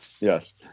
Yes